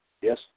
Yes